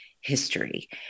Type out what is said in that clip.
history